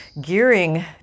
gearing